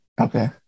Okay